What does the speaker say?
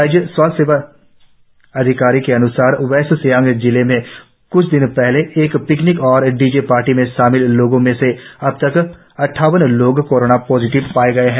राज्य के स्वास्थ्य अधिकारी के अन्सार वेस्ट सियांग जिले में क्छ दिनों पहले एक पिकनिक और डी जे पार्टी में शामिल लोगों में से अब तक अद्ठावन लोग कोरोना पॉजिटिव पाएं जा च्के है